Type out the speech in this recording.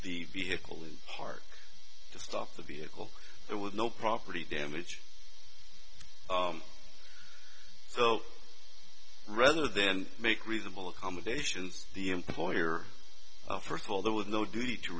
the vehicle in hard to stop the vehicle there was no property damage so rather than make reasonable accommodations the employer first of all there was no duty to